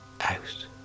out